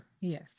Yes